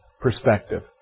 perspective